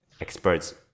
experts